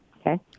Okay